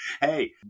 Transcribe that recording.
Hey